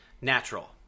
natural